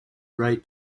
rite